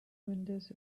windows